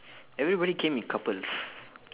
everybody came in couples